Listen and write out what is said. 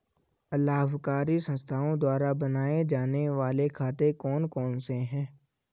अलाभकारी संस्थाओं द्वारा बनाए जाने वाले खाते कौन कौनसे हैं?